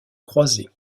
croisés